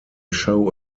show